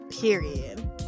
Period